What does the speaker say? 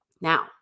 Now